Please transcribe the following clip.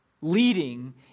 leading